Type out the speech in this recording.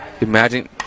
Imagine